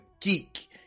geek